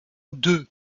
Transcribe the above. deux